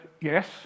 yes